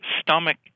stomach